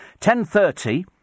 10.30